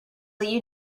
you